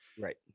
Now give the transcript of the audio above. Right